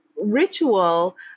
ritual